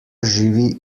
živi